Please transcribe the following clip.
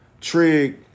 Trig